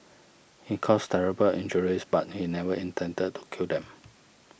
he caused terrible injuries but he never intended to kill them